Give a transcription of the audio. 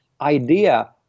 idea